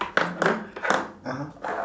what the (uh huh)